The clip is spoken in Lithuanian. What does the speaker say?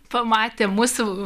pamatė mūsų